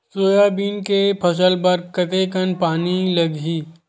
Soybean के फसल बर कतेक कन पानी लगही?